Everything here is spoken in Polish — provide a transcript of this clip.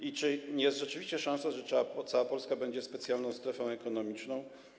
I czy jest rzeczywiście szansa, że cała Polska będzie specjalną strefą ekonomiczną?